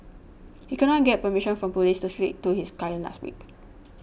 he could not get permission from police to speak to his client last week